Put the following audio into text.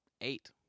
Eight